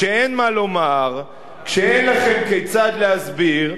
כשאין מה לומר, כשאין לכם כיצד להסביר,